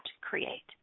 create